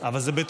אבל היו טענות,